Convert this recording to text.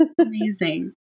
amazing